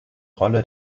rolle